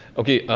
okay,